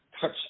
touch